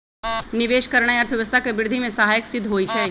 निवेश करनाइ अर्थव्यवस्था के वृद्धि में सहायक सिद्ध होइ छइ